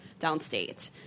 downstate